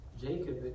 Jacob